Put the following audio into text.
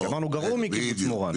כי אמרנו - גרעו מקיבוץ מורן.